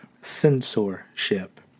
censorship